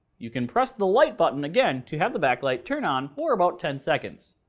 you can press the light button again to have the backlight turn on for about ten seconds.